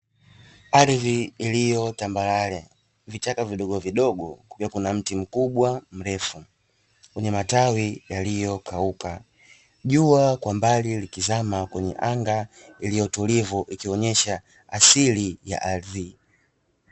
Ardhi iliyo tambarare, vichaka vidogovidogo, pia kuna mti mkubwa mrefu, wenye matawi yaliyokauka, jua kwa mbali likizama kwenye anga lililo tulivu, ikionyesha asili ya ardhi.